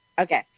Okay